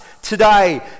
Today